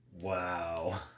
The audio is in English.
Wow